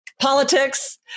politics